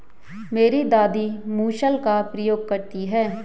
मेरी दादी मूसल का प्रयोग करती हैं